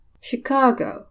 Chicago